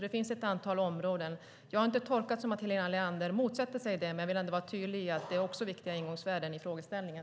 Det finns ett antal områden. Jag har inte tolkat det så att Helena Leander motsätter sig det, men jag vill vara tydlig med att det också är viktiga ingångsvärden i frågeställningen.